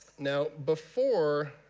now before,